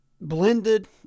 blended